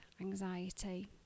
anxiety